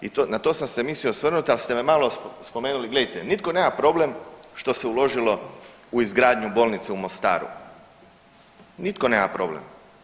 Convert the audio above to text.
I to, na to sam se mislio osvrnuti, ali ste me malo, spomenuli, gledajte, nitko nema problem što se uložilo u izgradnju bolnice u Mostaru, nitko nema problem.